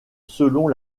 selon